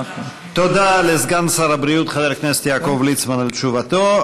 תודה לסגן שר הבריאות חבר הכנסת יעקב ליצמן על תשובתו.